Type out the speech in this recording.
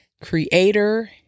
creator